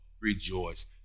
rejoice